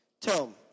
Tom